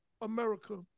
America